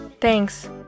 Thanks